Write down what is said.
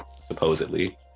supposedly